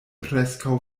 preskaŭ